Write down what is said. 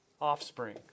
offspring